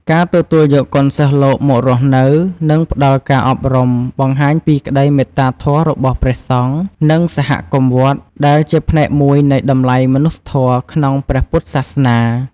ការទទួលយកកូនសិស្សលោកមករស់នៅ និងផ្ដល់ការអប់រំបង្ហាញពីក្ដីមេត្តាធម៌របស់ព្រះសង្ឃ និងសហគមន៍វត្ត ដែលជាផ្នែកមួយនៃតម្លៃមនុស្សធម៌ក្នុងព្រះពុទ្ធសាសនា។